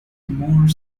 more